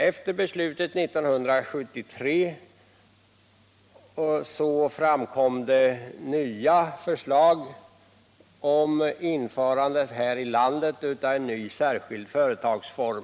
Efter beslutet år 1973 framkom det nya förslag om införandet här i landet av en ny särskild företagsform.